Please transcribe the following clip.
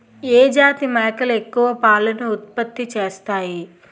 ఏ జాతి మేకలు ఎక్కువ పాలను ఉత్పత్తి చేస్తాయి?